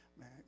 man